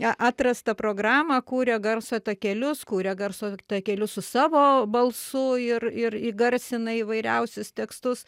atrastą programą kūria garso takelius kuria garso takelius su savo balsu ir ir įgarsina įvairiausius tekstus